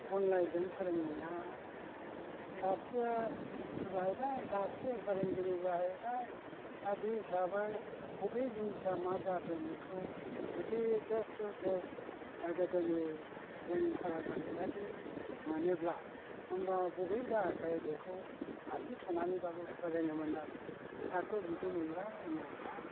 अनलाइनजों फोरोंनाया दाबसे सात्र जाहैबाय दाबसे फोरोंगिरि जाहैबाय दा बे हिसाबै बबे जिनिसा मा जादों बेखौ जुदि फेस टु फेस गोदोनि जों फरायबोनाय बायदि मोनोब्ला होमब्ला बबे जायाखै बेखौ आसि थुनानैब्लाबो फोरोङोमोन आरो दाथ' बिदि नंला अनलाइनआ